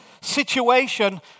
situation